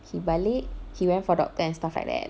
he balik he went for doctor and stuff like that